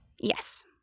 Yes